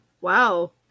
wow